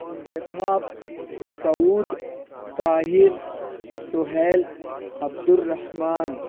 انتخاب سعود طاہر سہیل عبد الرحمٰن